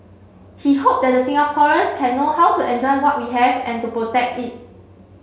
he hoped that the Singaporeans can know how to enjoy what we have and to protect it